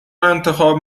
انتخاب